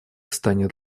станет